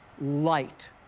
light